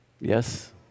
Yes